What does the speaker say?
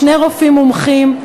שני רופאים מומחים,